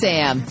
Sam